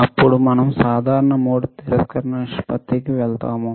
అప్పుడు మనం సాధారణ మోడ్ తిరస్కరణ నిష్పత్తికి వెళ్తాము